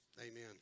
amen